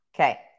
Okay